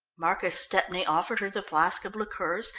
marcus stepney offered her the flask of liqueurs,